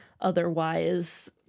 otherwise